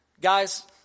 Guys